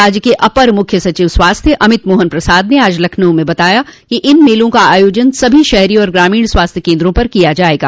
राज्य के अपर मुख्य सचिव स्वास्थ्य अमित मोहन प्रसाद ने आज लखनऊ में बताया कि इन मेलों का आयोजन सभी शहरी और ग्रामीण स्वास्थ्य कन्द्रों पर किया जायेगा